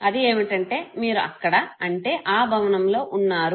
అది ఏమిటంటే మీరు అక్కడ అంటే ఆ భవనంలో వున్నారు